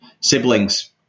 siblings